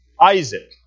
Isaac